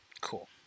Cool